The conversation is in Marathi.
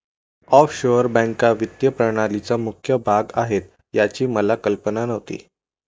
ऑफशोअर बँका वित्तीय प्रणालीचा मुख्य भाग आहेत याची मला कल्पना नव्हती